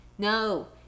No